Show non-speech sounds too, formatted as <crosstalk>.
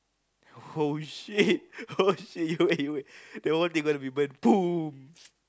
oh shit oh shit you wait you wait the whole table will be burnt <noise>